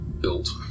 built